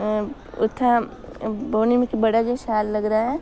उत्थैं बौह्ने गी मिगी बड़ा गै शैल लगदा ऐ